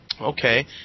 Okay